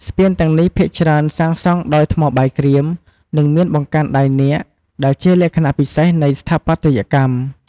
ស្ពានទាំងនេះភាគច្រើនសាងសង់ដោយ ថ្មបាយក្រៀម និងមានបង្កាន់ដៃនាគ ដែលជាលក្ខណៈពិសេសនៃស្ថាបត្យកម្ម។